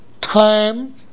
time